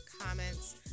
comments